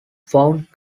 found